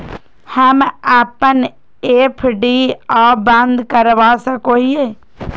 हम अप्पन एफ.डी आ बंद करवा सको हियै